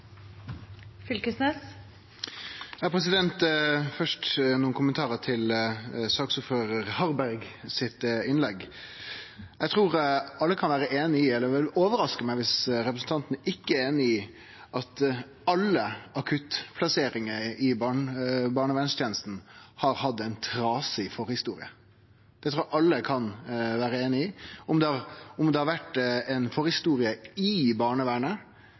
for debatten. Først nokre kommentarar til innlegget frå saksordførar Harberg. Det ville overraske meg dersom representanten ikkje er einig i at alle akuttplasseringar i barnevernstenesta har hatt ei trasig forhistorie. Det trur eg alle kan vere einige i. Om det har vore ei forhistorie i barnevernet